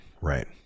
Right